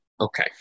Okay